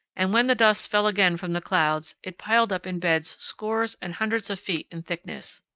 and when the dust fell again from the clouds it piled up in beds scores and hundreds of feet in thickness.